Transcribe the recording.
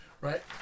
Right